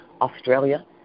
Australia